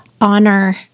honor